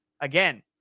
again